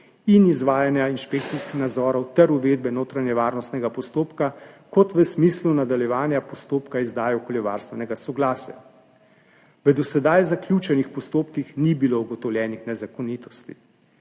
in izvajanja inšpekcijskih nadzorov ter uvedbe notranjevarnostnega postopka kot v smislu nadaljevanja postopka izdaje okoljevarstvenega soglasja. V do sedaj zaključenih postopkih ni bilo ugotovljenih nezakonitosti.